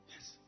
Yes